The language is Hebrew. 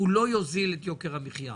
לא יוזיל את יוקר המחייה,